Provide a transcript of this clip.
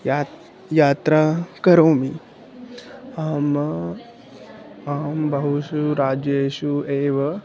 यात् यात्रां करोमि अहम् अहं बहुषु राज्येषु एव